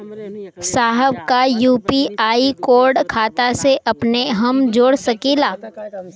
साहब का UPI code खाता से अपने हम जोड़ सकेला?